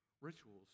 rituals